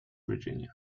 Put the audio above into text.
virginia